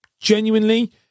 genuinely